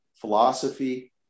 philosophy